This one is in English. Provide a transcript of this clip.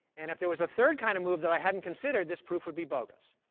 and if there was a third kind of move that i hadn't considered, this proof would be bogus.